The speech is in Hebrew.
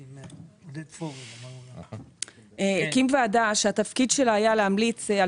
מנהל רשות המסים הקים ועדה שתפקידה היה להמליץ על